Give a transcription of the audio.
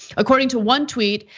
according to one tweet,